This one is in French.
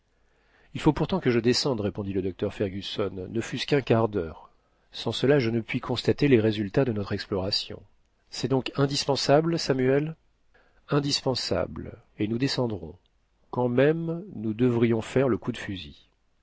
il faut pourtant que je descende répondit le docteur fergusson ne fût-ce qu'un quart d'heure sans cela je ne puis constater les résultats de notre exploration c'est donc indispensable samuel indispensable et nous descendrons quand même nous devrions faire le coup de fusil